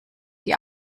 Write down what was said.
die